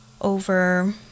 over